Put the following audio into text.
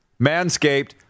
Manscaped